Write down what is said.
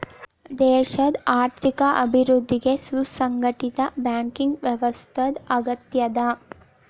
ದೇಶದ್ ಆರ್ಥಿಕ ಅಭಿವೃದ್ಧಿಗೆ ಸುಸಂಘಟಿತ ಬ್ಯಾಂಕಿಂಗ್ ವ್ಯವಸ್ಥಾದ್ ಅಗತ್ಯದ